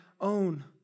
own